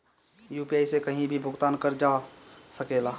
UPI से कहीं भी भुगतान कर जा सकेला?